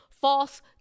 false